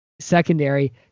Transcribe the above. secondary